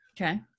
Okay